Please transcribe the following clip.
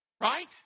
right